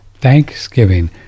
THANKSGIVING